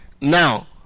Now